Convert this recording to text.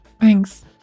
Thanks